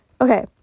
okay